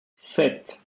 sept